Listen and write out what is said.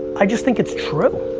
i just think it's true.